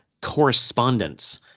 correspondence